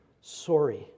sorry